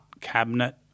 cabinet